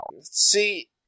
See